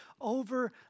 over